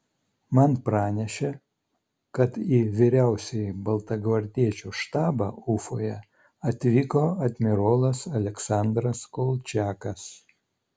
man pranešė kad į vyriausiąjį baltagvardiečių štabą ufoje atvyko admirolas aleksandras kolčiakas